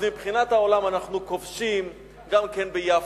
אז מבחינת העולם אנחנו כובשים גם כן ביפו.